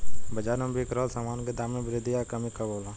बाज़ार में बिक रहल सामान के दाम में वृद्धि या कमी कब होला?